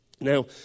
Now